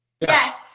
Yes